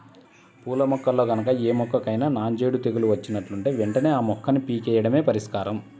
పూల మొక్కల్లో గనక ఏ మొక్కకైనా నాంజేడు తెగులు వచ్చినట్లుంటే వెంటనే ఆ మొక్కని పీకెయ్యడమే పరిష్కారం